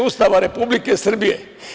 Ustava Republike Srbije.